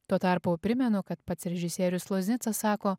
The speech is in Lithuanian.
tuo tarpu primenu kad pats režisierius loznicas sako